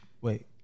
wait